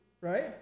right